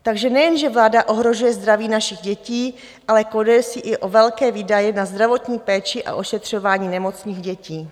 Takže nejenže vláda ohrožuje zdraví našich dětí, ale koleduje si i o velké výdaje na zdravotní péči a ošetřování nemocných dětí.